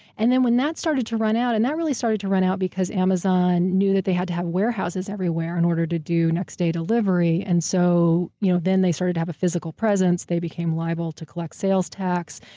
and then, when that started to run out. and that really started to run out because amazon knew that they had to had warehouses everywhere in order to do next day delivery, and so you know then they started to have a physical presence, they became liable to collect sales tax.